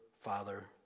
Father